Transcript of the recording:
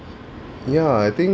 ya I thi~